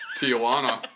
Tijuana